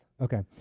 Okay